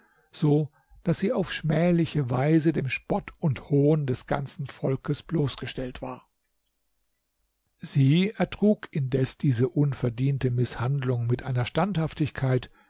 so daß sie auf schmähliche weise dem spott und hohn des ganzen volkes bloßgestellt war sie ertrug indes diese unverdiente mißhandlung mit einer standhaftigkeit